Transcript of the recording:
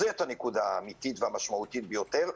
זאת הנקודה האמיתית והמשמעותית ביותר.